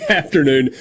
afternoon